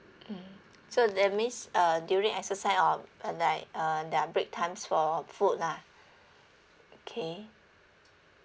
mmhmm so that means uh during exercise or and like uh their break times for food lah okay